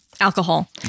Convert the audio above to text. alcohol